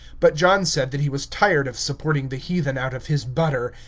but john said that he was tired of supporting the heathen out of his butter,